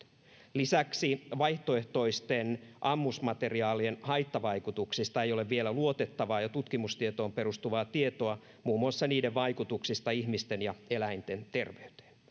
lisäksi vaihtoehtoisten ammusmateriaalien haittavaikutuksista ei ole vielä luotettavaa ja tutkimustietoon perustuvaa tietoa muun muassa niiden vaikutuksista ihmisten ja eläinten terveyteen